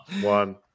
one